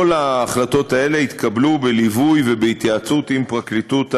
כל ההחלטות האלה התקבלו בליווי ובהתייעצות עם פרקליטות המדינה.